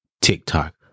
TikTok